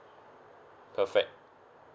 perfect